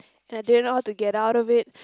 and I didn't know how to get out of it